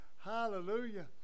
Hallelujah